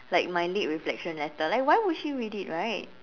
like my lit reflection letter like why would she read it right